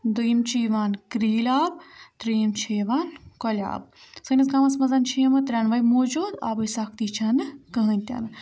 دوٚیِم چھِ یِوان کرٛیٖلۍ آب ترٛیٚیِم چھِ یِوان کۄلہِ آب سٲنِس گامَس منٛز چھِ یِمہٕ ترٛٮ۪نوَے موٗجوٗد آبٕچ سختی چھَنہٕ کٕہۭنۍ تہِ نہٕ